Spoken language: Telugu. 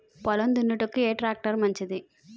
పొలం దున్నుటకు ఏ ట్రాక్టర్ మంచిది?